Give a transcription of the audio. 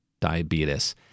diabetes